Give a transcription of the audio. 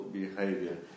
behavior